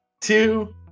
two